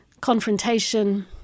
confrontation